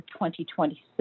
2026